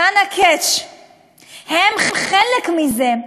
כאן הcatch- הם חלק מזה.